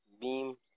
beam